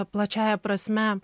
plačiąja prasme